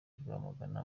rwamagana